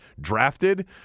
drafted